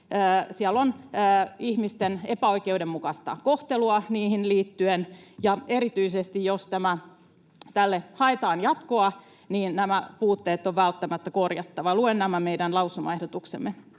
siellä on ihmisten epäoikeudenmukaista kohtelua niihin liittyen. Erityisesti, jos tälle haetaan jatkoa, nämä puutteet on välttämättä korjattava. Luen nämä meidän lausumaehdotuksemme: